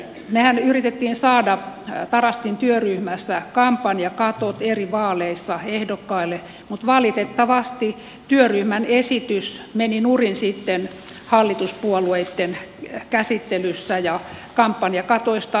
mehän yritimme saada tarastin työryhmässä kampanjakatot eri vaaleissa ehdokkaille mutta valitettavasti työryhmän esitys meni nurin sitten hallituspuolueitten käsittelyssä ja kampanjakatoista luovuttiin